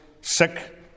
sick